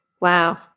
Wow